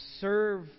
serve